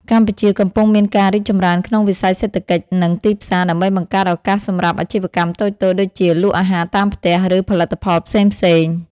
កម្ពុជាកំពុងមានការរីកចម្រើនក្នុងវិស័យសេដ្ឋកិច្ច និងទីផ្សារ ដើម្បីបង្កើតឱកាសសម្រាប់អាជីវកម្មតូចៗ ដូចជា លក់អាហារតាមផ្ទះ ឬផលិតផលផ្សេងៗ។